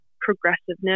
progressiveness